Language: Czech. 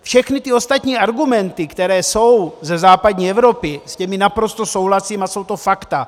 Všechny ty ostatní argumenty, které jsou ze západní Evropy, s těmi naprosto souhlasím a jsou to fakta.